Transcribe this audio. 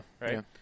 Right